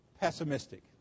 pessimistic